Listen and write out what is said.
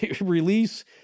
release